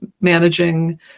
managing